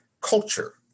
culture